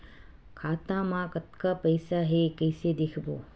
खाता मा कतका पईसा हे कइसे देखबो?